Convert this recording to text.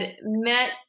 met